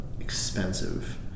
expensive